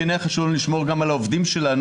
כן היה חשוב לנו לשמור גם על העובדים שלנו,